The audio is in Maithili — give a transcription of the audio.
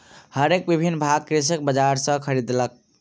हरक विभिन्न भाग कृषक बजार सॅ खरीदलक